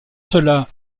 cela